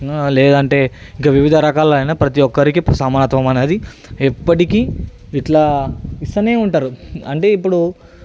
లేదంటే ఇంకా వివిధ రకాలైన ప్రతి ఒక్కరికి సమానత్వం అనేది ఎప్పటికీ ఇట్లా ఇస్తూనే ఉంటారు అంటే ఇప్పుడు